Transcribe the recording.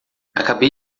acabei